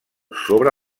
sobre